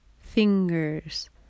fingers